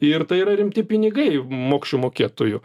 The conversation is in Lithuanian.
ir tai yra rimti pinigai mokesčių mokėtojų